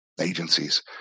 agencies